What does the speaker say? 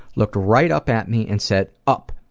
looked right up at me, and said up.